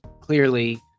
clearly